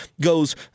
goes